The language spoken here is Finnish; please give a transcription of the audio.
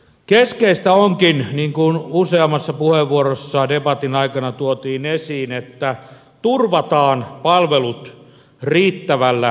keskeistä onkin niin kuin useammassa puheenvuorossa debatin aikana tuotiin esiin että turvataan palvelut riittävällä tasolla